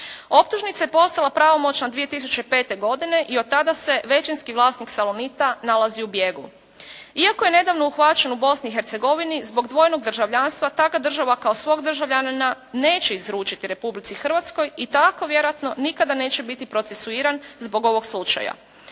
Optužnica je postala pravomoćna 2005. godine i od tada se većinski vlasnik "Salonita" nalazi u bijegu. Iako je nedavno uhvaćen u Bosni i Hercegovini zbog dvojnog državljanstva takva država kao svog državljana neće izručiti Republici Hrvatskoj i tako vjerojatno nikada neće biti procesuiran zbog ovog slučaja.